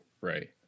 Right